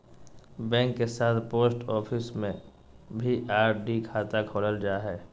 bank के साथ post office में भी आर.डी खाता खोलल जा हइ